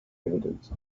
evident